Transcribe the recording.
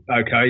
okay